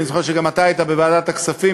התחלנו במלאכת הפספוס של החוק